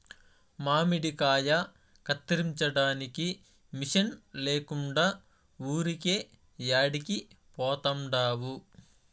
మామిడికాయ కత్తిరించడానికి మిషన్ లేకుండా ఊరికే యాడికి పోతండావు